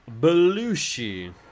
Belushi